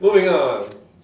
moving on